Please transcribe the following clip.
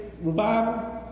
revival